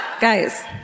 Guys